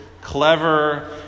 clever